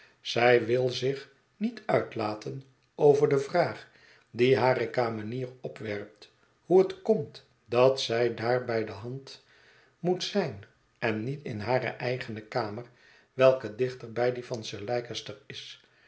zij wil zich niet uitlaten over de vraag die hare kamenier opwerpt hoe het komt dat zij daar bij de hand moet zijn en niet in hare eigene kamer welke dichter bij die van sir leicester is